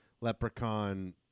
leprechaun